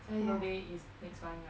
jia yi birthday is next month right